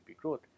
growth